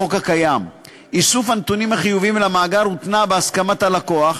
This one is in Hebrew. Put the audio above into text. בחוק הקיים איסוף הנתונים החיוביים למאגר הותנה בהסכמת הלקוח,